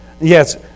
Yes